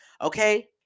Okay